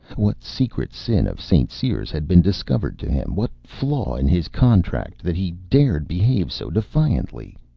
what secret sin of st. cyr's had been discovered to him, what flaw in his contract, that he dared behave so defiantly?